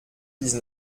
dix